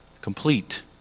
complete